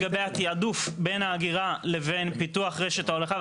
שאלת לגבי התעדוף בין האגירה לבין פיתוח רשת ההולכה,